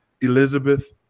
Elizabeth